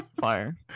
fire